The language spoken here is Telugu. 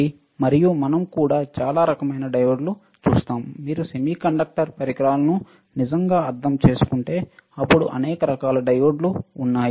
మరియు మనం కూడా చాలా రకమైన డయోడ్లు చూస్తాము మీరు సెమీకండక్టర్ పరికరాలను నిజంగా అర్థం చేసుకుంటే అప్పుడు అనేక రకాల డయోడ్ల ఉన్నాయి